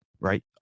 right